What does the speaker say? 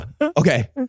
Okay